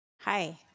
Hi